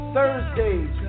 Thursdays